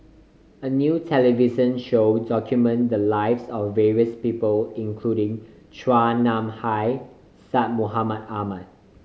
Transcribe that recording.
a new television show documented the lives of various people including Chua Nam Hai Syed Mohamed Ahmed